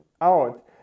out